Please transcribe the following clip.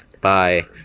bye